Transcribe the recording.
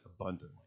abundantly